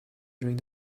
during